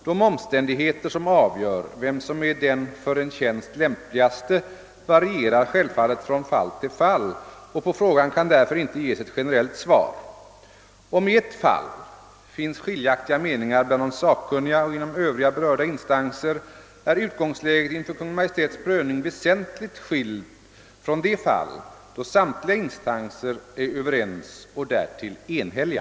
De omständigheter som avgör vem som är den för en tjänst lämpligaste varierar självfallet från fall till fall, och på frågan kan därför inte ges ett generellt svar. Om i ett fall finns skiljaktiga meningar bland de sakkunniga och inom Övriga berörda instanser är utgångsläget inför Kungl. Maj:ts prövning väsentligt skilt från det fall då samtliga instanser är överens och därtill enhälliga.